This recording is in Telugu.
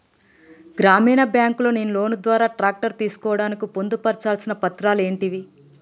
గ్రామీణ బ్యాంక్ లో నేను లోన్ ద్వారా ట్రాక్టర్ తీసుకోవడానికి పొందు పర్చాల్సిన పత్రాలు ఏంటివి?